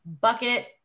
bucket